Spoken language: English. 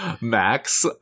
Max